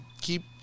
keep